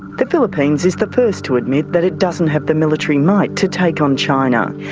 the philippines is the first to admit that it doesn't have the military might to take on china.